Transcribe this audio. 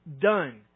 done